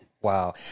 wow